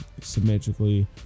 symmetrically